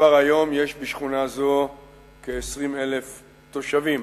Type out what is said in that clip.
כבר היום יש בשכונה זו כ-20,000 תושבים.